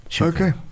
Okay